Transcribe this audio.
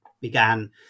began